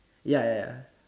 ya ya ya